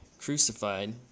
crucified